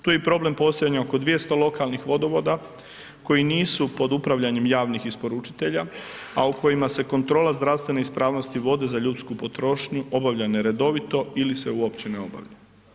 Tu je i problem postojanja oko 200 lokalnih vodovoda koji nisu pod upravljanjem javnih isporučitelja, a u kojima se kontrola zdravstvene ispravnosti vode za ljudsku potrošnju obavlja neredovito ili se uopće ne obavlja.